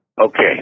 Okay